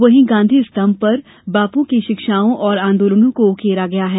वहीं गांधी स्तम्भ पर बापू की शिक्षाओं और आंदोलनों को उकेरा गया है